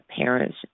parents